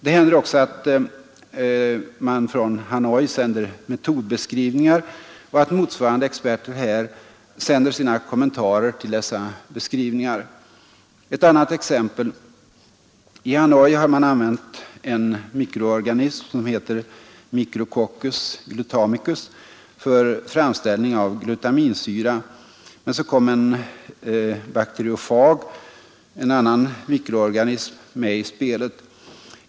Det händer också att man från Hanoi sänder metodbeskrivningar och att motsvarande experter här sänder sina kommentarer till dessa beskrivningar. Ett annat exempel: I Hanoi har man använt en mikroorganism som heter micrococcus glutamicus för framställning av glutaminsyra, men sedan kom en bakteriofag — en annan mikroorganism — med i spelet.